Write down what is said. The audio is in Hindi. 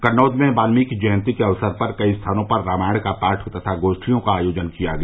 कन्नौज में वाल्मीकि जयन्ती के अवसर पर कई स्थानों पर रामायण का पाठ तथा गोष्ठियों का आयोजन किया गया